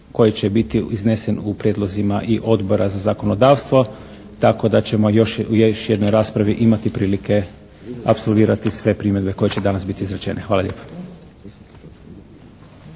koji će biti iznesen u prijedlozima i Odbora za zakonodavstvo. Tako da ćemo još u jednoj raspravi imati prilike apsolvirati sve primjedbe koje će danas biti izrečene. Hvala lijepo.